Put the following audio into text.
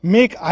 Make